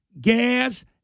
gas